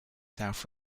south